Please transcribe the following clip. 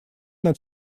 над